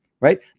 right